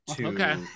Okay